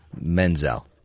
Menzel